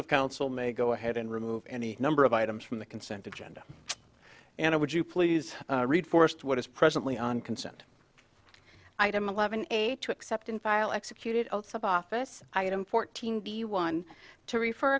of council may go ahead and remove any number of items from the consent of gender and i would you please read forrest what is presently on consent item eleven eight to accept and file executed oaths of office item fourteen b one to refer